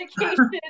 education